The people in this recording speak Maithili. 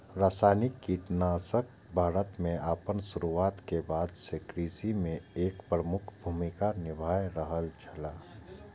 रासायनिक कीटनाशक भारत में आपन शुरुआत के बाद से कृषि में एक प्रमुख भूमिका निभाय रहल छला